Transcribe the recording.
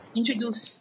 introduce